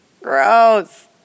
Gross